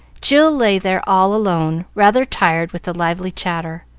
jill lay there all alone, rather tired with the lively chatter,